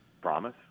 Promise